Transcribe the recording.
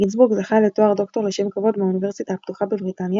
גינזבורג זכה לתואר דוקטור לשם כבוד מהאוניברסיטה הפתוחה בבריטניה